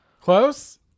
Close